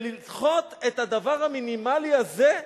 לדחות את הדבר המינימלי הזה,